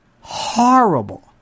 horrible